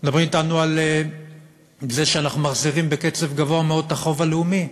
מדברים אתנו על זה שאנחנו מחזירים בקצב גדול מאוד את החוב הלאומי,